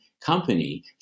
company